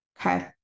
Okay